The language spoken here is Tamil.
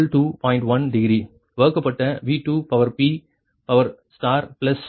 1 டிகிரி வகுக்கப்பட்ட V2p பிளஸ் 0